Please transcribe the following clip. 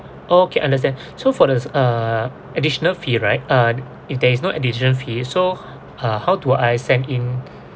okay understand so for the uh additional fee right uh if there is no additional fee so uh how do I send in